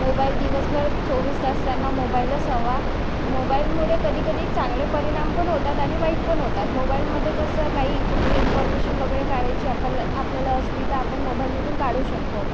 mobile दिवसभर चोवीस तास त्यांना मोबाईलच हवा मोबाईलमुळे कधी कधी चांगले परिणाम पण होतात आणि वाईट पण होतात मोबाईलमध्ये कसं काही कुठली इन्फॉर्मेशन वगैरे काढायची आपलं आपल्याला असली तर आपण मोबाईलमधून काढू शकतो